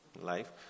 life